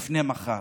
לפני מחר.